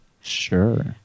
Sure